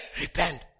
Repent